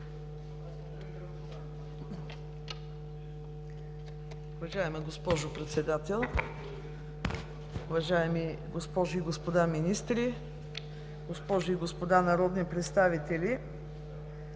Уважаема госпожо Председател, уважаеми госпожи и господа министри, госпожи и господа народни представители!